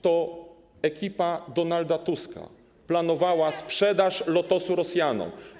To ekipa Donalda Tuska planowała sprzedaż Lotosu Rosjanom.